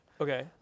Okay